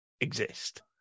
exist